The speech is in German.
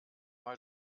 mal